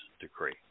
decree